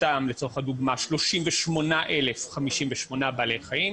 סתם לצורך הדוגמה, 38,058 בעלי בחיים,